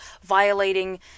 violating